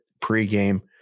pregame